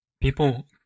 people